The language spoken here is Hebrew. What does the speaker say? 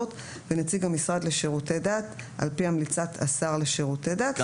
ונציג המשרד לשירותי דת על פי המלצת השר לשירותי דת,